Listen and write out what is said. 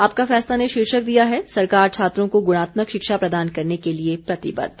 आपका फैसला ने शीर्षक दिया है सरकार छात्रों को गुणात्मक शिक्षा प्रदान करने के लिए प्रतिबद्ध